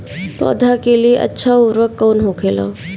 पौधा के लिए अच्छा उर्वरक कउन होखेला?